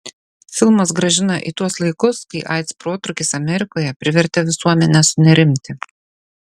filmas grąžina į tuos laikus kai aids protrūkis amerikoje privertė visuomenę sunerimti